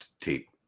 tape